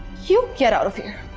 you get out of here!